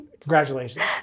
Congratulations